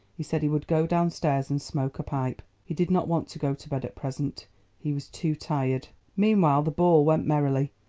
he said he would go downstairs and smoke a pipe. he did not want to go to bed at present he was too tired. meanwhile the ball went merrily.